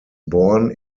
born